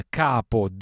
capo